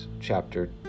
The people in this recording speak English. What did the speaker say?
chapter